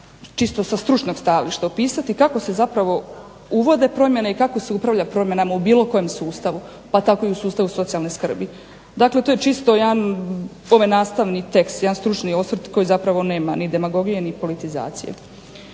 čisto sa stručnog stajališta opisati kako se zapravo uvode promjene i kako se upravlja promjenama u bilo kojem sustavu, pa tako i u sustavu socijalne skrbi. Dakle, to je čisto jedan nastavni tekst, jedan stručni osvrt koji zapravo nema ni demagogije ni politizacije.